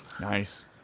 Nice